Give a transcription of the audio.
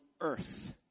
earth